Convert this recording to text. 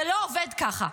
זה לא עובד ככה.